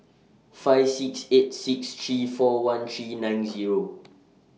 five six eight six three four one three nine Zero